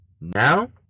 Now